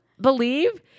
believe